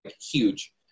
huge